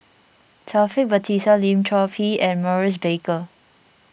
Taufik Batisah Lim Chor Pee and Maurice Baker